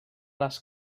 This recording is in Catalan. les